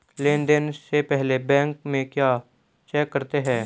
Loan देने से पहले बैंक में क्या चेक करते हैं?